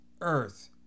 earth